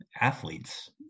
athletes